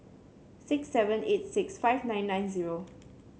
six seven eight six five nine nine zero